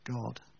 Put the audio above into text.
God